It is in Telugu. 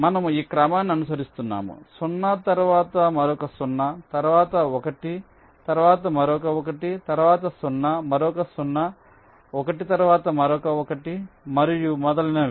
మనము ఈ క్రమాన్ని అనుసరిస్తున్నాము 0 తరువాత మరొక 0 తరువాత 1 తరువాత మరొక 1 తరువాత 0 మరొక 0 1 తరువాత మరొక 1 మరియు మొదలైనవి